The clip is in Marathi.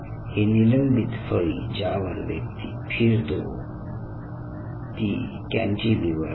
ही निलंबित फळी ज्यावर व्यक्ती फिरतो ती कॅन्टीलिव्हर आहे